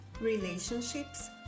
relationships